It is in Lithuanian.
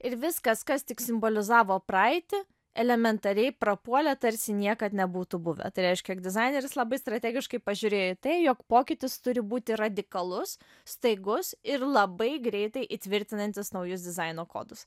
ir viskas kas tik simbolizavo praeitį elementariai prapuolė tarsi niekad nebūtų buvę tai reiškia jog dizaineris labai strategiškai pažiūrėjo į tai jog pokytis turi būti radikalus staigus ir labai greitai įtvirtinantis naujus dizaino kodus